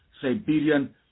Siberian